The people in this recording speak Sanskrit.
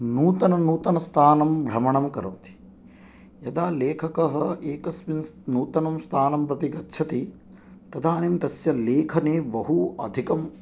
नूतननूतनस्थानं भ्रमणं करोति यदा लेखकः एकस्मिन् नूतनं स्थानं प्रति गच्छति तदानीं तस्य लेखने बहु अधिकम्